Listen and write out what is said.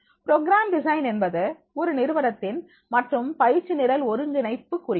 program design என்பது ஒரு நிறுவனத்தின் மற்றும் பயிற்சி நிரல் ஒருங்கிணைப்பு குறிக்கும்